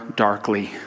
darkly